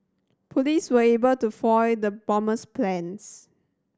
police were able to foil the bomber's plans